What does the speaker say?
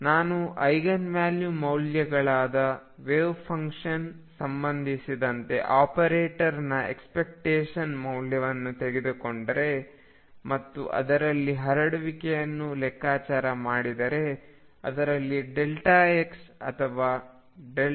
ನಾನು ಐಗನ್ ಮೌಲ್ಯಗಳಾದ ವೆವ್ಫಂಕ್ಷನ್ ಸಂಬಂಧಿಸಿದಂತೆ ಆಪರೇಟರ್ನ ಎಕ್ಸ್ಪೆಕ್ಟೇಶನ್ ಮೌಲ್ಯವನ್ನು ತೆಗೆದುಕೊಂಡರೆ ಮತ್ತು ಅದರಲ್ಲಿ ಹರಡುವಿಕೆಯನ್ನು ಲೆಕ್ಕಾಚಾರ ಮಾಡಿದರೆ ಅದರಲ್ಲಿ x ಅಥವಾ O0 ಎಂದು ಸಿಗುತ್ತದೆ